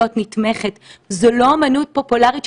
נורא דאגתי להם,